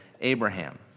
Abraham